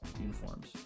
uniforms